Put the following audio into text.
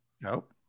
Nope